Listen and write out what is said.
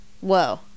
Whoa